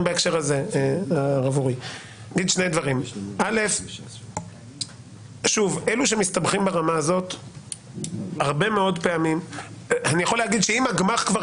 הרב אורי, אלו שמסתבכים ברמה הזאת, ואם הגמ"ח כבר